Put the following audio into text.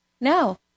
No